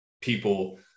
people